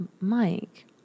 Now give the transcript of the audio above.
Mike